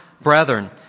brethren